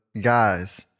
guys